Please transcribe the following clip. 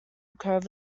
curve